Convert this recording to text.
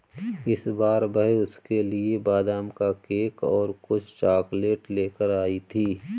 इस बार वह उसके लिए बादाम का केक और कुछ चॉकलेट लेकर आई थी